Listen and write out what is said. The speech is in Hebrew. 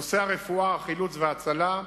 נושא הרפואה, החילוץ וההצלה,